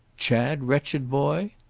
chad, wretched boy?